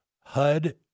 HUD